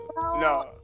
No